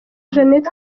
jeannette